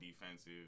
defensive